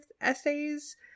essays